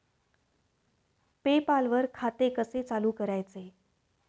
पे पाल वर खाते कसे चालु करायचे